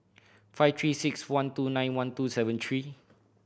five Three Six One two nine one two seven three